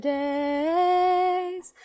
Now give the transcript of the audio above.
days